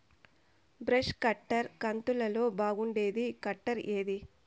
Brush cutter కంతులలో బాగుండేది cutter ఏది?